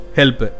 help